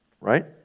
right